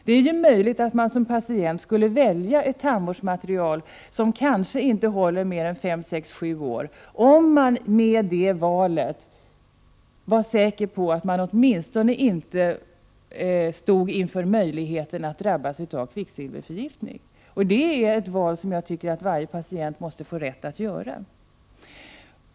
Det är möjligt att man som patient skulle välja ett tandvårdsmaterial som kanske inte håller mer än fem till sju år, om man med det valet var säker på att man åtminstone inte riskerade att drabbas av kvicksilverförgiftning. Det är ett val som jag tycker att varje patient måste få rätt att göra.